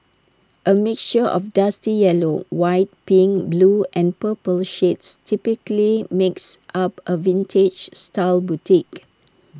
A mixture of dusty yellow white pink blue and purple shades typically makes up A vintage style bouquet